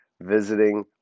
Visiting